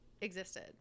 existed